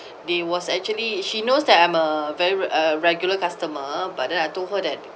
they was actually she knows that I'm a very a regular customer but then I told her that